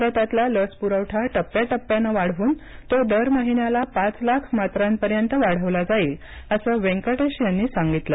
भारतातला लस पुरवठा टप्प्याटप्प्यानं वाढवून तो दर महिन्याला पाच लाख मात्रांपर्यंत वाढवला जाईल असं वेंकटेश यांनी सांगितलं